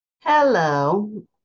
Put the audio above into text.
Hello